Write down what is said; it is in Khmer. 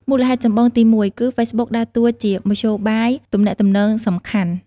មូលហេតុចម្បងទីមួយ គឺហ្វេសប៊ុកដើរតួជា មធ្យោបាយទំនាក់ទំនងសំខាន់។